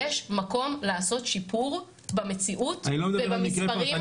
יש מקום לעשות שיפור במציאות ובמספרים בשטח.